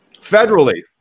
Federally